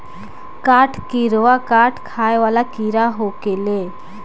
काठ किड़वा काठ खाए वाला कीड़ा होखेले